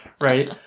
Right